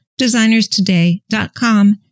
designerstoday.com